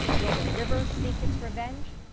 will the river seek its revenge?